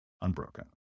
unbroken